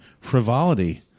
frivolity